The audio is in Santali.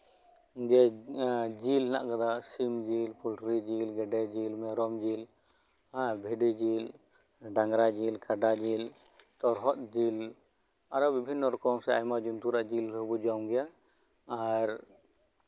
ᱡᱮ ᱡᱮᱞ ᱢᱮᱱᱟᱜ ᱟᱠᱟᱫᱟ ᱥᱤᱢ ᱡᱮᱞ ᱯᱚᱞᱴᱤᱨᱤ ᱡᱤᱞ ᱜᱮᱰᱮ ᱡᱮᱞ ᱢᱮᱨᱚᱢ ᱡᱮᱞ ᱵᱷᱤᱰᱤ ᱡᱮᱞ ᱰᱟᱝᱨᱟ ᱡᱮᱞ ᱠᱟᱰᱟ ᱡᱮᱞ ᱛᱚᱨᱦᱚᱫ ᱡᱮᱞ ᱟᱨᱦᱚᱸ ᱵᱤᱵᱷᱤᱱᱱᱚ ᱨᱚᱠᱚᱢ ᱥᱮ ᱟᱭᱢᱟ ᱡᱩᱱᱛᱩ ᱟᱜ ᱡᱮᱞ ᱦᱚᱸᱵᱚᱱ ᱡᱚᱢ ᱜᱮᱭᱟ ᱟᱨ